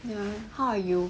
ya how are you